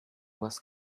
was